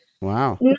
Wow